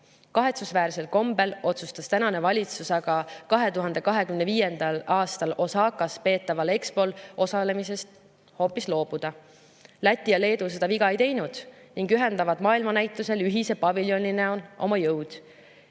Kahetsusväärsel kombel otsustas tänane valitsus aga 2025. aastal Osakas peetaval Expol osalemisest hoopis loobuda. Läti ja Leedu seda viga ei teinud ning ühendavad maailmanäitusel ühise paviljoni näol oma jõud.